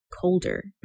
colder